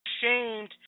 ashamed